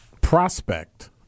prospect